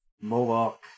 Moloch